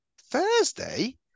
Thursday